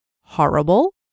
horrible